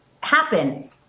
happen